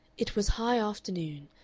it was high afternoon,